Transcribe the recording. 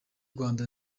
rwanda